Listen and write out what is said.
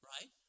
Right